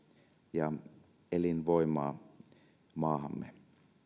ja elinvoimaa maahamme